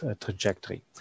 trajectory